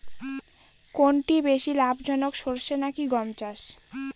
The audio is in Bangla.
কোনটি বেশি লাভজনক সরষে নাকি গম চাষ?